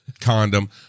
condom